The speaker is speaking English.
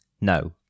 No